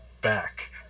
back